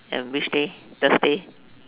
and which day Thursday